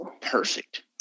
perfect